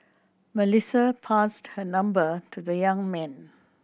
Melissa passed her number to the young man